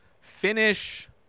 finish